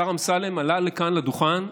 השר אמסלם עלה לכאן לדוכן,